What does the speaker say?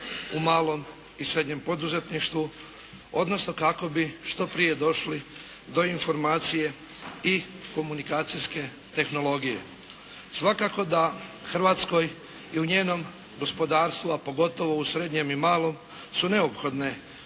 u malom i srednjem poduzetništvu odnosno kako bi što prije došli do informacije i komunikacijske tehnologije. Svakako da Hrvatskoj i u njenom gospodarstvu a pogotovo u srednjem i malom su neophodne ovakve